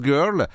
Girl